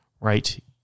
right